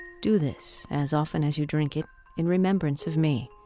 do this as often as you drink it in remembrance of me.